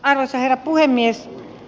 arvoisa herra puhemies